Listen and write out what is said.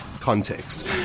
context